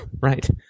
right